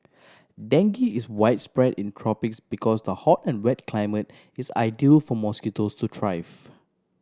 dengue is widespread in tropics because the hot and wet climate is ideal for mosquitoes to thrive